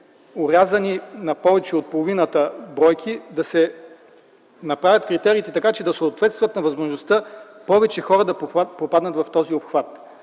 положение на повече от половината бройки да се направят критериите така, че да съответстват на възможността повече хора да попаднат в този обхват?